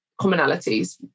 commonalities